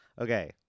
Okay